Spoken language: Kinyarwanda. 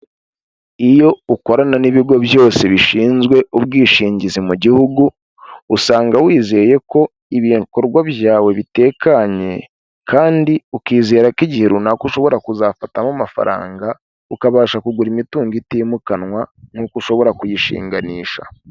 iyo ukorana n'ibigo byose bishinzwe ubwishingizi mu gihugu usanga wizeye ko ibikorwa byawe bitekanye kandi ukizera ko igihe runaka ushobora kuzafatamo amafaranga ukabasha kugura imitungo itimukanwa nkuko ushobora kuyishinganisha